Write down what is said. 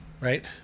Right